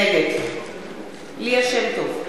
נגד ליה שמטוב,